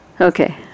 Okay